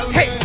Hey